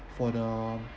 for the